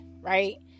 right